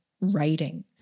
writing